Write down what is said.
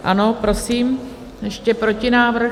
Ano, prosím, ještě protinávrh.